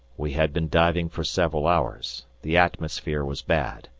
we had been diving for several hours, the atmosphere was bad,